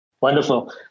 Wonderful